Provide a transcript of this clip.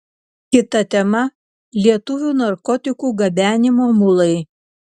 kita tema lietuvių narkotikų gabenimo mulai